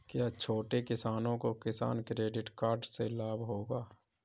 क्या छोटे किसानों को किसान क्रेडिट कार्ड से लाभ होगा?